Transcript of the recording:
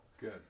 Good